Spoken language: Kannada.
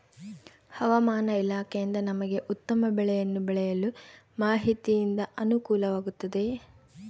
ಹವಮಾನ ಇಲಾಖೆಯಿಂದ ನಮಗೆ ಉತ್ತಮ ಬೆಳೆಯನ್ನು ಬೆಳೆಯಲು ಮಾಹಿತಿಯಿಂದ ಅನುಕೂಲವಾಗಿದೆಯೆ?